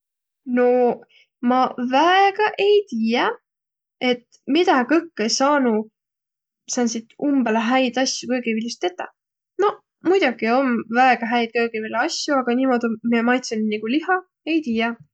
No ma väega ei tiiäq, et midä kõkkõ saanuq sääntsit umbõlõ häid asju köögivil'ost tetäq. Noq, muidoki om väega häid köögiviläasjo, aga niimuudu, miä maitsõnuq nigu liha, ei tiiäq.